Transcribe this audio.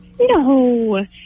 No